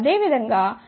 అదేవిధంగా మీరు 39